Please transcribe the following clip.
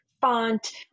font